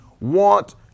want